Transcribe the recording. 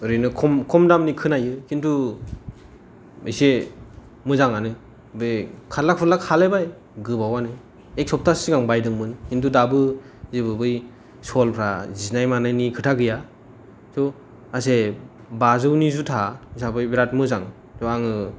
ओरैनो खम दामनि खोनायो खिनथु एसे मोजांआनो बे खारला खुरला खालायबाय गोबावआनो एख सप्ता सिगां बायदोंमोन खिनथु दाबो जेबो बै सल फ्रा जिनाय मानायनि खोथा गैया स' गासै बा जौनि जुथा हिसाबै बिराद मोजां थ' आङो